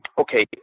Okay